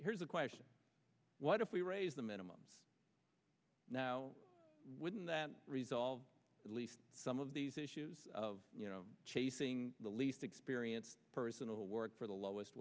here's a question what if we raise the minimum now wouldn't that resolve at least some of these issues of you know chase the least experienced person to work for the lowest